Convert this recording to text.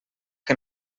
que